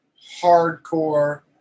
hardcore